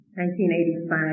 1985